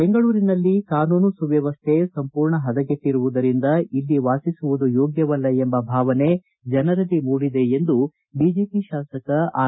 ಬೆಂಗಳೂರಿನಲ್ಲಿ ಕಾನೂನು ಸುವ್ತವಸ್ಥೆ ಸಂಪೂರ್ಣ ಹದಗೆಟ್ಟರುವುದರಿಂದ ಇಲ್ಲಿ ವಾಸಿಸುವುದು ಯೋಗ್ತವಲ್ಲ ಎಂಬ ಭಾವನೆ ಜನರಲ್ಲಿ ಮೂಡಿದೆ ಎಂದು ಬಿಜೆಪಿ ಶಾಸಕ ಆರ್